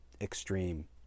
extreme